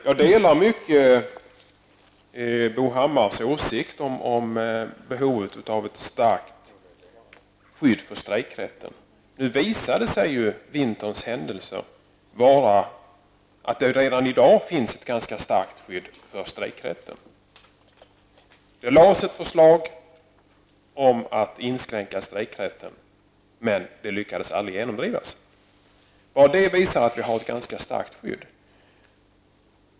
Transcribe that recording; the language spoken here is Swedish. Jag delar i stor utsträckning Bo Hammars åsikter om behovet av ett starkt skydd för strejkrätten. Vinterns händelser visade att det redan i dag finns ett ganska starkt skydd för strejkrätten. Det lades fram ett förslag om en inskränkning av strejkrätten, men det lyckades aldrig genomdrivas. Det visar att vi har ett ganska starkt skydd.